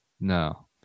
No